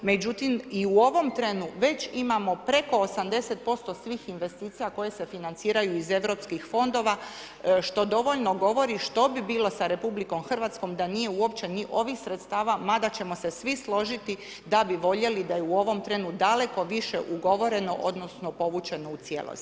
Međutim, i u ovom trenu već imamo preko 80% svih investicija koje se financiraju iz Europskih fondova, što dovoljno govori što bi bilo sa RH da nije uopće ni ovih sredstava, mada ćemo se svi složiti da bi voljeli da je u ovom trenu daleko više ugovoreno odnosno povučeno u cijelosti.